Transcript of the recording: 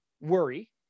worry